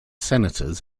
senators